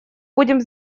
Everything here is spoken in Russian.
будем